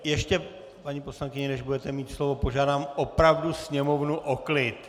Ještě paní poslankyně, než budete mít slovo, požádám opravdu Sněmovnu o klid!